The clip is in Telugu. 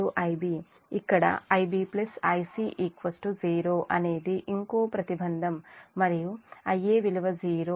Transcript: ఇక్కడ IbIc 0 అనేది ఇంకో ప్రతిబంధం మరియు Ia విలువ 0